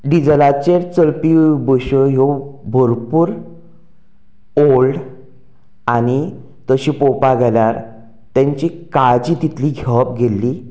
डिजलाचेर चलपी बसी भरपूर ओल्ड आनी तशें पळोवपाक गेल्यार तेंची काळजी तितली घेनात